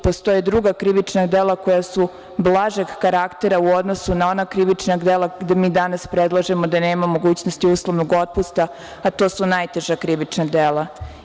Postoje druga krivična dela koja su blažeg karaktera u odnosu na ona krivična dela gde mi danas predlažemo da nema mogućnosti uslovnog otpusta, a to su najteža krivična dela.